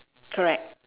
correct